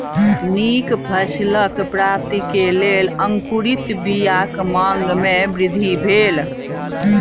नीक फसिलक प्राप्ति के लेल अंकुरित बीयाक मांग में वृद्धि भेल